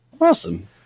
awesome